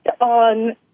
on